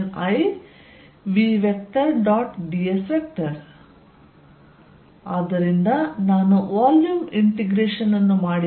ds ಆದ್ದರಿಂದ ನಾನು volume integration ಅನ್ನು ಮಾಡಿದಾಗ v